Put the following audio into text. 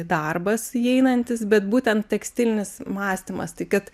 darbas įeinantis bet būtent tekstilinis mąstymas tai kad